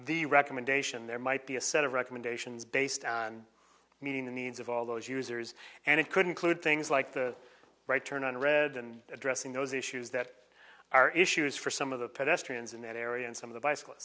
the recommendation there might be a set of recommendations based on meeting the needs of all those users and it couldn't clude things like the right turn on red and addressing those issues that are issues for some of the pedestrian zone area and some of the bicycli